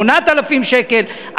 8,000 שקלים,